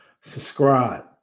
subscribe